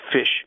fish